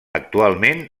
actualment